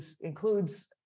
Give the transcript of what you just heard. includes